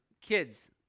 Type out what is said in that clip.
kids